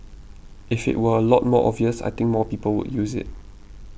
if it were a lot more obvious I think more people would use it